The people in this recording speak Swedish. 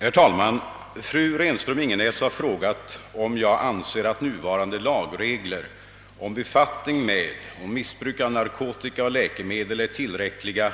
Herr talman! Fru Renström-Ingenäs har frågat, om jag anser att nuvarande lagregler om befattning med och missbruk av narkotika och läkemedel är tillräckliga